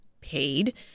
paid